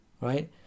Right